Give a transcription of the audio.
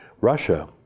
Russia